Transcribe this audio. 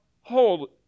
Hold